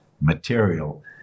material